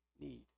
need